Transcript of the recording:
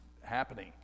happening